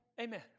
Amen